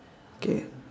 okay